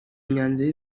myanzuro